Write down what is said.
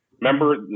Remember